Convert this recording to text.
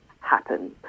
happen